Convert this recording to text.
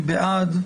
מי בעד?